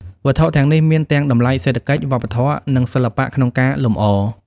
វត្ថុទាំងនេះមានទាំងតម្លៃសេដ្ឋកិច្ច វប្បធម៌ និងសិល្បៈក្នុងការលម្អ។